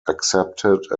accepted